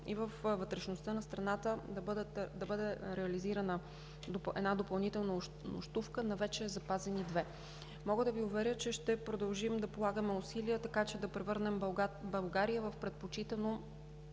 вътрешността на страната да бъде реализирана една допълнителна нощувка при вече запазени две. Мога да Ви уверя, че ще продължим да полагаме усилия, така че да превърнем България в предпочитано